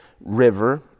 river